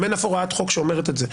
גם אין אף הוראת חוק שאומרת את זה.